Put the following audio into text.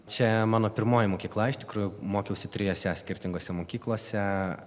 čia mano pirmoji mokykla iš tikrųjų mokiausi trijose skirtingose mokyklose